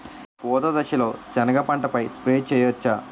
పూత దశలో సెనగ పంటపై స్ప్రే చేయచ్చా?